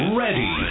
ready